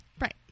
Right